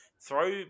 throw